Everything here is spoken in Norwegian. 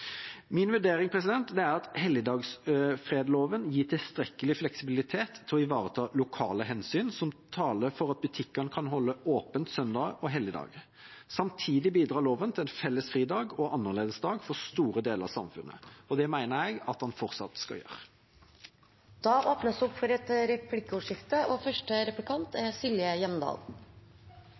er at helligdagsfredloven gir tilstrekkelig fleksibilitet til å ivareta lokale hensyn som taler for at butikkene kan holde åpent søn- og helligdager. Samtidig bidrar loven til en felles fridag og annerledesdag for store deler av samfunnet. Det mener jeg at den fortsatt skal gjøre. Det blir replikkordskifte. Det får være måte på dommedagsprofetier fra Stortingets talerstol! Det som er